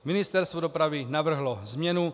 Ministerstvo dopravy navrhlo změnu.